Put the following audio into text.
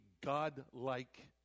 God-like